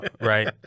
right